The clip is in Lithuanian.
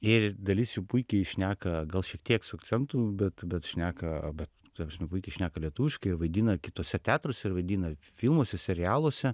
ir dalis jų puikiai šneka gal šiek tiek su akcentu bet bet šneka bet ta prasme puikiai šneka lietuviškai jie vaidina kituose teatruose ir vaidina filmuose serialuose